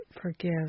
forgive